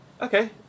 Okay